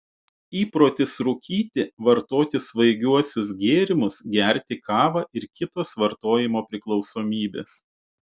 įprotis rūkyti vartoti svaigiuosius gėrimus gerti kavą ir kitos vartojimo priklausomybės